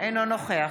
אינו נוכח